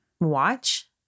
Watch